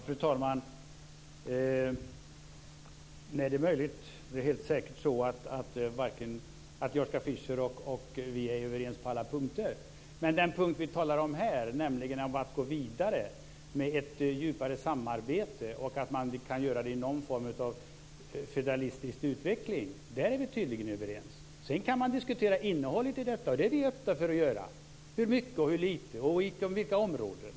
Fru talman! Nej, det är säkert så att Joschka Fischer och vi inte är överens på alla punkter. Men på den punkt som vi talar om här, nämligen när det gäller att gå vidare med ett djupare samarbete och att man kan göra detta i någon form av federalistisk utveckling, är vi tydligen överens. Sedan kan man diskutera innehållet i detta, och det är vi öppna för att göra; hur mycket, hur lite och på vilka områden?